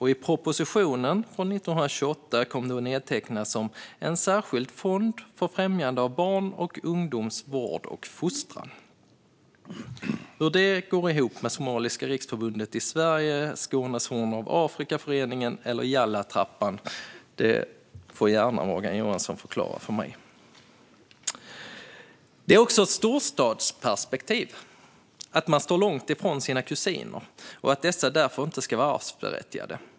I propositionen från 1928 kom den att nedtecknas som en särskild fond för främjande av barn och ungdomsvård och fostran. Hur detta går ihop med Somaliska riksförbundet i Sverige, föreningen Skånes Horn av Afrika eller Yallatrappan får Morgan Johansson gärna förklara för mig. Det är också ett storstadsperspektiv att man står långt ifrån sina kusiner och att dessa därför inte ska vara arvsberättigade.